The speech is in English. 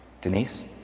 Denise